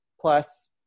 plus